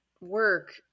work